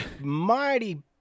mighty